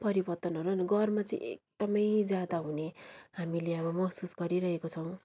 परिवर्तनहरू अनि गरममा चाहिँ एकदमै ज्यादा हुने हामीले अब महसुस गरिरहेको छौँ